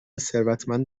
ثروتمند